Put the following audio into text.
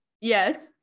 Yes